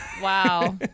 Wow